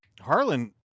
Harlan